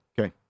Okay